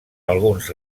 alguns